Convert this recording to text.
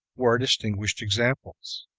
were distinguished examples.